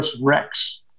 Rex